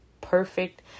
perfect